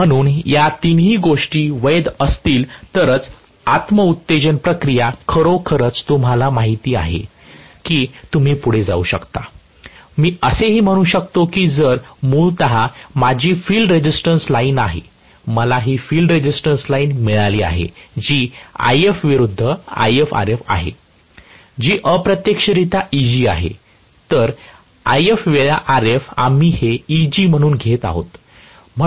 म्हणून या तिन्ही गोष्टी वैध असतील तरच आत्म उत्तेजन प्रक्रिया खरोखरच तुम्हाला माहिती आहे की तुम्ही पुढे जाऊ शकता मी असेही म्हणू शकतो की जर मूळतः माझी फील्ड रेझिस्टन्स लाइन आहे मला ही फील्ड रेझिस्टन्स लाइन मिळाली आहे जी If विरुद्ध IfRf आहे जी अप्रत्यक्षरित्या Eg आहे तर If वेळा Rf आम्ही हे Eg म्हणून घेत आहोत